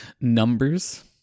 Numbers